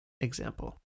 example